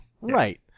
Right